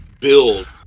build